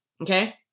Okay